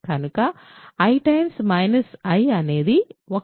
కనుక i i అనేది 1